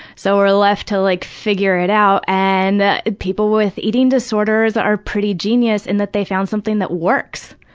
so we're left to like figure it out and people with eating disorders are pretty genius in that they found something that works.